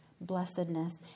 blessedness